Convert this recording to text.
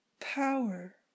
power